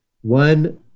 one